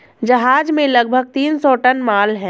जहाज में लगभग तीन सौ टन माल है